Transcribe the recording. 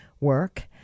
work